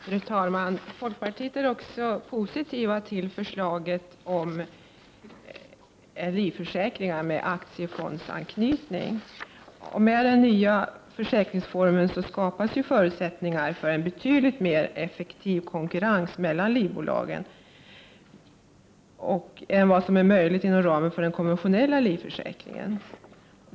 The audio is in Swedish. Fru talman! Folkpartiet är också positivt till förslaget till livförsäkringar med aktiefondsanknytning. Med den nya försäkringsformen skapas ju förutsättningar för en betydligt mer effektiv konkurrens mellan livbolagen än vad som är möjligt inom ramen för den konventionella livförsäkringen.